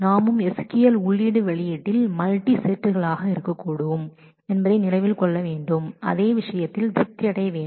நாம் கவனிக்கலாம் SQL input மற்றும் அவுட்புட் என்பதில் மல்டிசெட்களாக இருக்கக்கூடும் என்பதை அதே விதிமுறைகள் மல்டிசெட்டு விஷயத்தில் பூர்த்தி செய்யப்பட்ட வேண்டும்